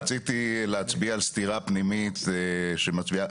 רציתי להצביע על סתירה פנימית שמצביעה,